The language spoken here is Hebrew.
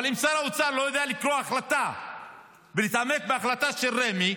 אבל אם שר האוצר לא יודע לקרוא החלטה ולהתעמק בהחלטה של רמ"י,